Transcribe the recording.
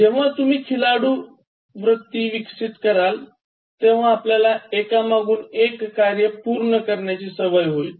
जेव्हा तुम्ही खिलाडूवृत्ती विकसित कराल तेव्हा आपल्याला एकामागून एक कार्य पूर्ण करण्याची सवय होईल